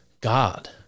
God